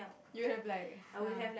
you have like [heh]